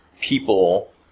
people